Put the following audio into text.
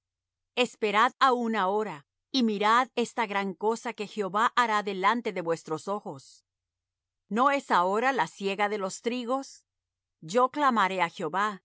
padres esperad aún ahora y mirad esta gran cosa que jehová hará delante de vuestros ojos no es ahora la siega de los trigos yo clamaré á jehová